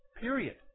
period